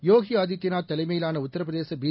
Yogi Adityanath தலைமையிலானஉத்தரபிரதேசபி